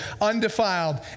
undefiled